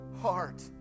heart